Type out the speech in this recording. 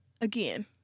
Again